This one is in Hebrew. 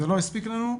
זה לא הספיק לנו,